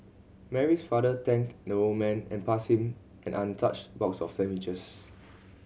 Mary's father thanked the old man and passed him an untouched box of sandwiches